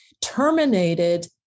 terminated